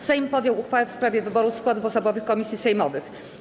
Sejm podjął uchwałę w sprawie wyboru składów osobowych komisji sejmowych.